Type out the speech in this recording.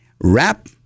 wrap